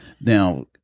Now